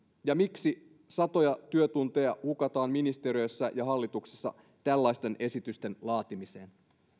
ja miksi satoja työtunteja hukataan ministeriöissä ja hallituksessa tällaisten esitysten laatimiseen